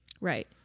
Right